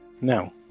No